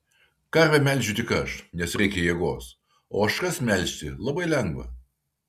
karvę melžiu tik aš nes reikia jėgos o ožkas melžti labai lengva